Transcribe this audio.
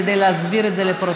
כדי להסביר את זה לפרוטוקול.